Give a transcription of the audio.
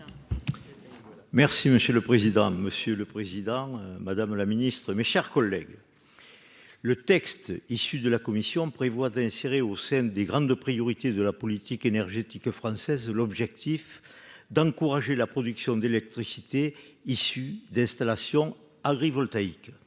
Merci monsieur le président, Monsieur le Président, Madame la Ministre, mes chers collègues, le texte issu de la commission prévoit d'insérer au sein des grandes priorités de la politique énergétique française, l'objectif d'encourager la production d'électricité issue d'installations voltaïque